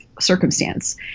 circumstance